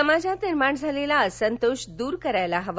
समाजात निर्माण झालेला असंतोष दूर करायला हवा